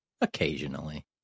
occasionally